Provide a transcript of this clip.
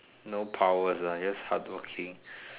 no powers ah just hardworking